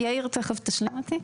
יאיר, תכף תשלים אותי.